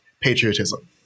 patriotism